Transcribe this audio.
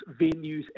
venues